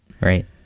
Right